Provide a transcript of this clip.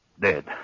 Dead